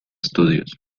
estudios